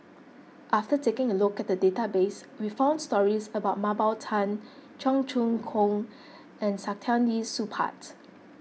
after taking a look at the database we found stories about Mah Bow Tan Cheong Choong Kong and Saktiandi Supaat